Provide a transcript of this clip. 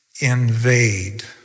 invade